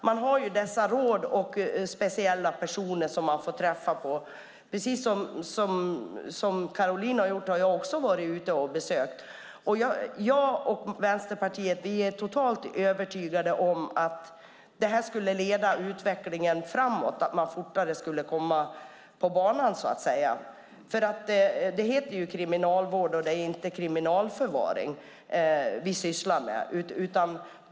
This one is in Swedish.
Man har ju dessa råd och speciella personer som internerna får träffa. Precis som Caroline har jag också besökt anstalter. Jag och Vänsterpartiet är totalt övertygade om att det här skulle leda utvecklingen framåt, att de intagna fortare skulle komma på banan så att säga. Det heter ju kriminalvård. Det är inte kriminalförvaring vi sysslar med.